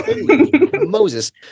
Moses